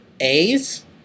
A's